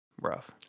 rough